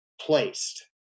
placed